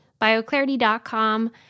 Bioclarity.com